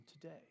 today